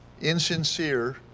insincere